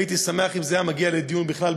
הייתי שמח אם זה היה מגיע בכלל לדיון בוועדה.